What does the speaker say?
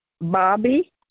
Bobby